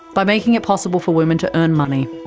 by making it possible for women to earn money,